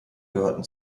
gehörten